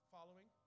Following